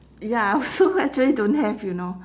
ya I also actually don't have you know